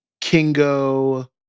Kingo